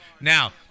Now